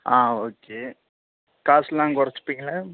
ஆ okay காசு எல்லாம் குறச்சிப்பீங்களா